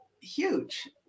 huge